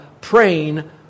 praying